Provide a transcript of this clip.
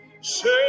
say